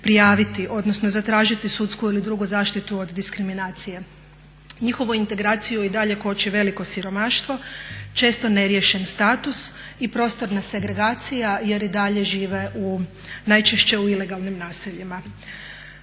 prijaviti odnosno zatražiti sudsku ili drugu zaštitu od diskriminacije. Njihovu integraciju i dalje koči veliko siromaštvo, često neriješen status i prostorna segregacija jer i dalje žive u, najčešće u ilegalnim naseljima.